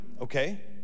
okay